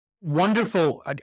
Wonderful